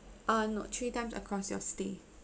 uh no three times across your stay